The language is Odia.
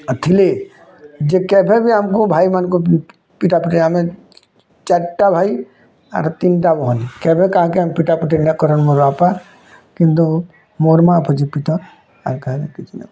ଆ ଥିଲେ ଯେ କେଭେ ବି ଆମକୁ ଭାଇମାନଙ୍କୁ ପିଟା ପିଟି ଆମେ ଚାର୍ଟା ଭାଇ ଆର୍ ତିନଟା ଭଉଣୀ କେଭେ କାହାକେ ଆମେ ପିଟା ପିଟି ନାଇଁ କରନ୍ ମୋର୍ ବାପା କିନ୍ତୁ ମୋର୍ ମାଆ ଭୋଜି ପିଟନ୍ ଆଉ କାହାକି କିଛି ନାଇଁ